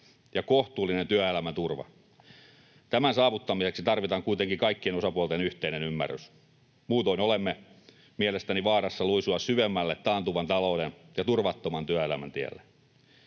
ja kohtuullinen työelämän turva. Tämän saavuttamiseksi tarvitaan kuitenkin kaikkien osapuolten yhteinen ymmärrys, muutoin olemme mielestäni vaarassa luisua syvemmälle taantuvan talouden ja turvattoman työelämän tielle.